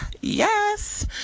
Yes